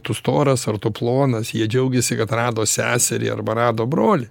tu storas ar tu plonas jie džiaugėsi kad rado seserį arba rado brolį